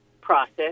process